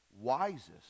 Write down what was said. wisest